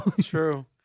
true